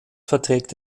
verträgt